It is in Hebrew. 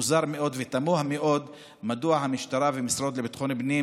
מוזר מאוד ותמוה מאוד מדוע המשטרה והמשרד לביטחון פנים